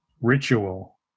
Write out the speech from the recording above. Ritual